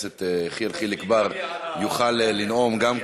ואנחנו בונים אותו על הקרקע הפרטית שלנו,